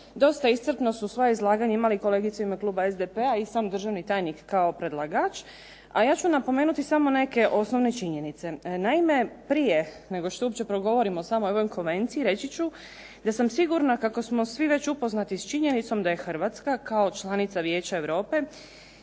Dosta iscrpno su sva izlaganja imali kolegica u ime kluba SDP-a i sam državni tajnik kao predlagač. A ja ću napomenuti samo neke osnovne činjenice. Naime, prije nego što uopće progovorim o samoj konvenciji reći ću da sam sigurna kako smo svi upoznati sa činjenicom da je Hrvatska kao članica Vijeća Europe